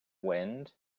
wind